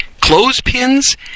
clothespins